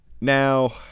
Now